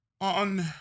On